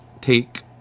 take